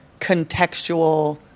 contextual